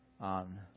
on